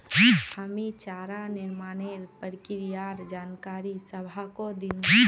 हामी चारा निर्माणेर प्रक्रियार जानकारी सबाहको दिनु